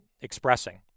expressing